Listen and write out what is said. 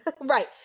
Right